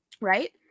right